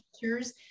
teachers